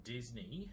Disney